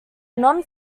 non